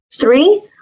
Three